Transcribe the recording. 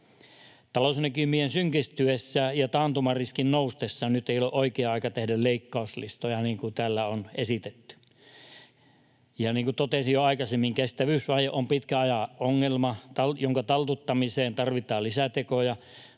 Talousnäkymien synkistyessä ja taantumariskin noustessa nyt ei ole oikea aika tehdä leikkauslistoja, niin kuin täällä on esitetty. Ja niin kuin totesin jo aikaisemmin, kestävyysvaje on pitkän ajan ongelma, jonka taltuttamiseen tarvitaan lisää tekoja,